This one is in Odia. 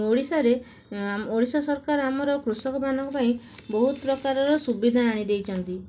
ଓଡ଼ିଶାରେ ଓଡ଼ିଶା ସରକାର ଆମର କୃଷକମାନଙ୍କ ପାଇଁ ବହୁତ ପ୍ରକାରର ସୁବିଧା ଆଣି ଦେଇଛନ୍ତି